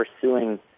pursuing